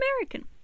American